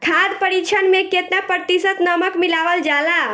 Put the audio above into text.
खाद्य परिक्षण में केतना प्रतिशत नमक मिलावल जाला?